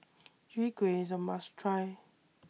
Chwee Kueh IS A must Try